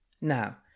Now